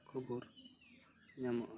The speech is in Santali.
ᱠᱷᱚᱵᱚᱨ ᱧᱟᱢᱟᱜᱼᱟ